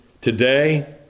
today